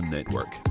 Network